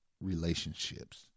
relationships